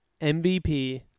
mvp